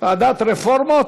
ועדת רפורמות?